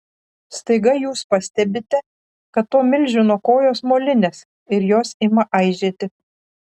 staiga jūs pastebite kad to milžino kojos molinės ir jos ima aižėti